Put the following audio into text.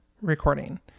recording